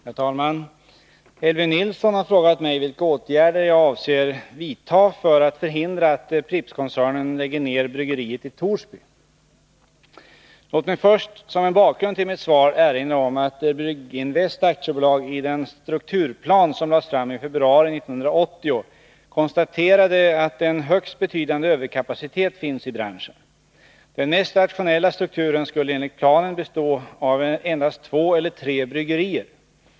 Herr talman! Elvy Nilsson har frågat mig vilka åtgärder jag avser vidta för att förhindra att Prippskoncernen lägger ner bryggeriet i Torsby. Låt mig först, som en bakgrund till mitt svar, erinra om att Brygginvest AB i den strukturplan som lades fram i februari 1980 konstaterade att en högst betydande överkapacitet finns i branschen. Den mest rationella strukturen skulle enligt planen bestå av endast två eller tre bryggerier.